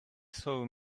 saw